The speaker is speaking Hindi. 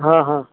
हाँ हाँ